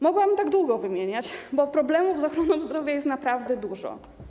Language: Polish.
Mogłabym tak długo wymieniać, bo problemów z ochroną zdrowia jest naprawdę dużo.